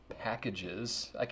Packages